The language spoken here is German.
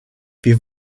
wir